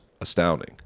Astounding